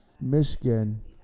Michigan